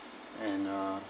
and uh